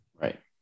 right